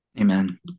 Amen